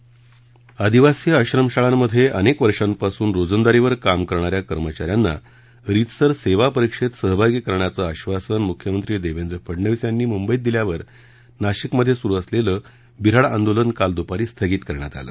राज्यातील आदिवासी आश्रम शाळांमधे अनेक वर्षांपासून रोजंदारीवर काम करणाऱ्या कर्मचाऱ्यांना रीतसर सेवा परीक्षेत सहभागी करण्याचं आश्वासन मुख्यमंत्री देवेंद्र फडनवीस यांनी मुंबईत दिल्यावर नाशिकमध्ये सुरू असलेलं बिन्हाड आंदोलन काल दुपारी स्थगित करण्यात आलं